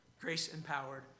grace-empowered